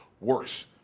worse